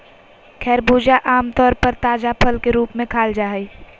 खरबूजा आम तौर पर ताजा फल के रूप में खाल जा हइ